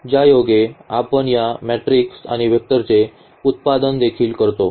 ज्यायोगे आपण या मॅट्रिक्स आणि वेक्टरचे उत्पादन देखील करतो